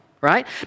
right